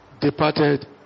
departed